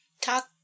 talk